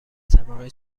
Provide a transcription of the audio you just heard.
طبقه